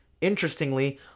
Interestingly